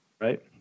right